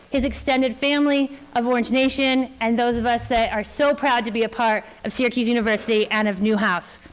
his extended family of orange nation and those of us that are so proud to be a part of syracuse university and of newhouse.